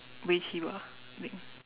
围棋 bah I think